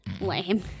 lame